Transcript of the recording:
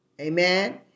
Amen